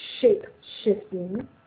shape-shifting